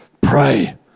pray